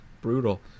Brutal